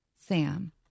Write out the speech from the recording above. Sam